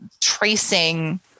tracing